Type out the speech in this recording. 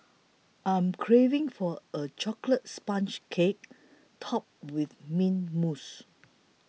I am craving for a Chocolate Sponge Cake Topped with Mint Mousse